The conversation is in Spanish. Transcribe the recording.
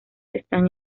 están